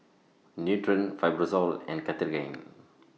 Nutren Fibrosol and Cartigain